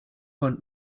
con